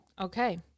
Okay